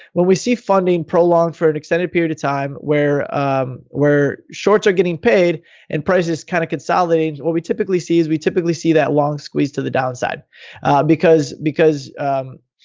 where we see funding prolonged for an extended period of time where um where shorts are getting paid and price is kind of consolidating. what we typically see is we typically see that long squeeze to the downside because because